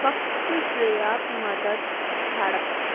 फक्त श्रेयाक मदत धाडप